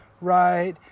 right